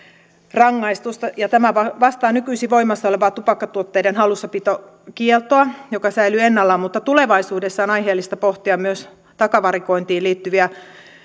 rangaistusta tämä vastaa nykyisin voimassa olevaa tupakkatuotteiden hallussapitokieltoa joka säilyy ennallaan mutta tulevaisuudessa on aiheellista pohtia myös takavarikointiin liittyvää